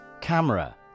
Camera